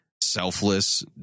Selfless